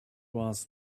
was